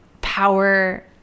power